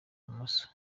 imoso